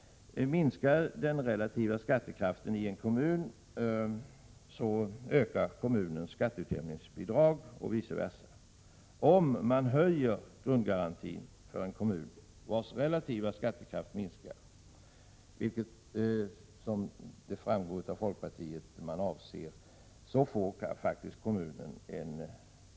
Minskar den relativa skattekraften i en kommun, så ökar kommunens skatteutjämningsbidrag, och vice versa. Om man höjer grundgarantin för en kommun vars relativa skattekraft minskar, får kommunen faktiskt nästan en dubbel kompensation, och det kan väl inte vara meningen.